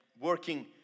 working